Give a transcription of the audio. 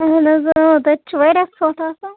اَہَن حظ تَتہِ چھِ واریاہ ژھۄٹھ آسان